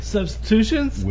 Substitutions